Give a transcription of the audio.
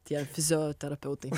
tie fizioterapeutai